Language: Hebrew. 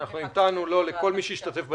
לכל מי שהשתתף בדיון,